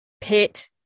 pit